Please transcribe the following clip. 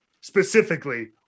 specifically